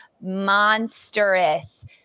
monstrous